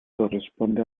corresponde